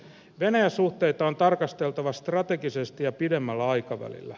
venäjä suhteita on tarkasteltava strategisesti ja pidemmällä aikavälillä